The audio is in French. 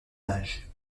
âge